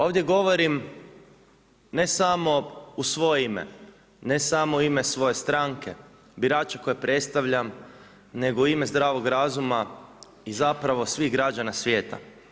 Ovdje govorim ne samo u svoje ime, ne samo u ime svoje stranke, birača koje predstavljam, nego u ime zdravog razuma i zapravo svih građana svijeta.